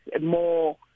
more